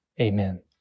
Amen